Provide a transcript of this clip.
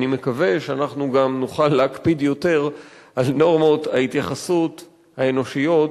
אני מקווה שאנחנו גם נוכל להקפיד יותר על נורמות ההתייחסות האנושיות